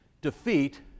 defeat